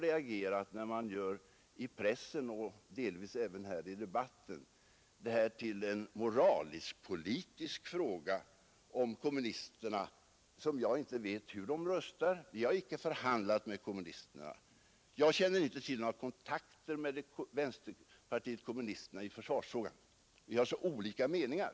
Jag vet inte hur kommunisterna kommer att rösta; vi har icke förhandlat med dem, och jag känner inte till några kontakter med vänsterpartiet kommunisterna i försvarsfrågan — vi har ju så olika meningar.